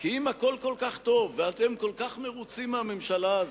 כי אם הכול כל כך טוב ואתם כל כך מרוצים מהממשלה הזאת,